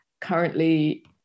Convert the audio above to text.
currently